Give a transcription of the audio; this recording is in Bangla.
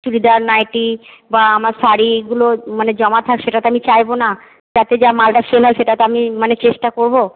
চুড়িদার নাইটি বা আমার শাড়িগুলো মানে জমা থাক সেটা তো আমি চাইবনা যাতে যা মালটা সেল হয় সেটা তো আমি মানে চেষ্টা করব